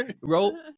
roll